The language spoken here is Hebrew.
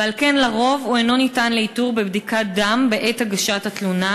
ועל כן לרוב הוא אינו ניתן לאיתור בבדיקת דם בעת הגשת התלונה,